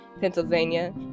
Pennsylvania